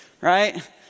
right